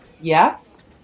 yes